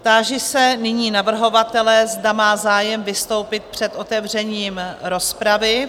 Táži se nyní navrhovatele, zda má zájem vystoupit před otevřením rozpravy?